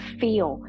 feel